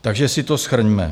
Takže si to shrňme.